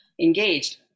engaged